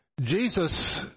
Jesus